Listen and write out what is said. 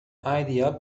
idea